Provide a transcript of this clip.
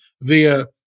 via